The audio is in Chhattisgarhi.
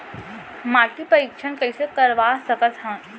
माटी परीक्षण कइसे करवा सकत हन?